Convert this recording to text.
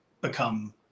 become